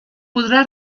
podrà